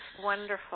wonderful